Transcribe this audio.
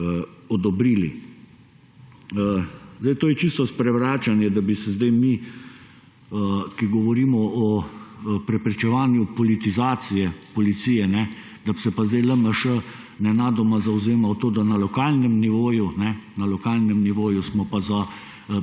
odobrili. To je čisto sprevračanje, da bi se mi, ki govorimo o preprečevanju politizacije policije, da bi se pa zdaj LMŠ nenadoma zavzemal to, da na lokalnem nivoju smo pa za